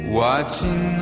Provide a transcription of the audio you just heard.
watching